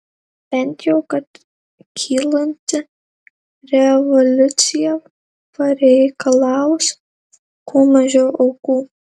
bent jau kad kylanti revoliucija pareikalaus kuo mažiau aukų